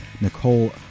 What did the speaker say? Nicole